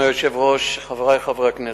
אדוני היושב-ראש, חברי חברי הכנסת,